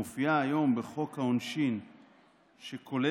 ומייד כשהשר יסיים אני אקריא